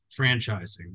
franchising